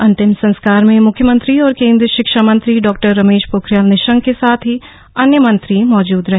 अंतिम संस्कार में मुख्यमंत्री और केन्द्रीय शिक्षा मंत्री डॉरमेश पोखरियाल निशंक के साथ ही अन्य मंत्री मौजूद रहे